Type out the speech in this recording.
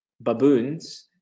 baboons